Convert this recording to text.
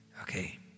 okay